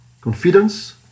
Confidence